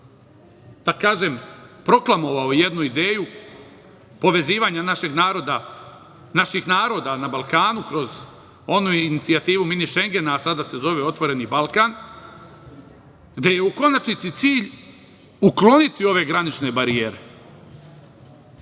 da kažem, proklamovao jednu ideju povezivanja našeg naroda, naših naroda na Balkanu kroz onu inicijativu „Mini Šengena“, sada se zove „Otvoreni Balkan“, gde je konačnici cilj ukloniti ove granične barijere. Mi